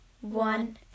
one